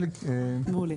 אני